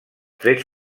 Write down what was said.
trets